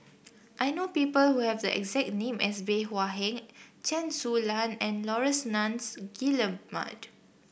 I know people who have the exact name as Bey Hua Heng Chen Su Lan and Laurence Nunns Guillemard